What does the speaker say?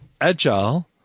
agile